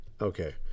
Okay